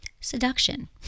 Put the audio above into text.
seduction